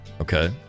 okay